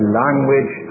language